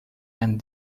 and